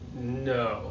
No